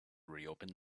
reopen